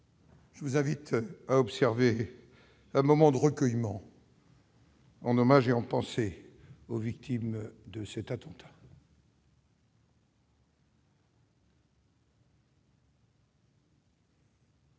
Je vous invite à observer un moment de recueillement en hommage aux victimes de cet attentat.